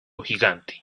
gigante